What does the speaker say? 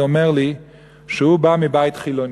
אז הוא אומר לי שהוא בא מבית חילוני,